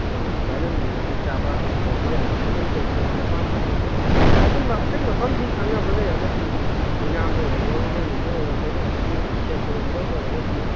ꯑꯥ ꯑꯗꯨꯃꯥꯏꯅ ꯅꯥꯇꯩꯆꯥꯕ ꯑꯗꯨꯝ ꯇꯧꯕ ꯌꯥꯅꯤ ꯑꯇꯩ ꯀꯔꯤ ꯀꯔꯤ ꯑꯄꯥꯝꯕꯁꯨ ꯑꯇꯩ ꯃꯐꯝꯁꯤꯡ ꯈꯪꯅꯕ ꯂꯩꯔꯒꯗꯤ ꯑꯣꯏꯅꯥꯝꯗ ꯑꯣꯏꯔꯣ ꯏꯔꯦꯡꯕꯝꯗ ꯑꯣꯏꯔꯣ ꯑꯗꯒꯤ ꯕꯤꯁꯦꯝꯄꯨꯔꯔꯣꯝꯗ ꯑꯣꯏꯔꯒꯁꯨ